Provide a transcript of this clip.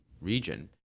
region